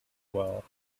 well